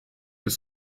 des